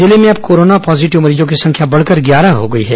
जिले में अब कोरोना पॉजिटिव मरीजों की संख्या बढ़कर ग्यारह हो गई है